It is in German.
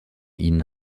ihnen